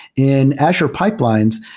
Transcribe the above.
in azure pipelines,